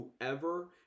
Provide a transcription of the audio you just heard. whoever